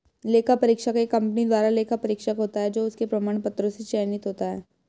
लेखा परीक्षक एक कंपनी द्वारा लेखा परीक्षक होता है जो उसके प्रमाण पत्रों से चयनित होता है